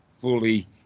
fully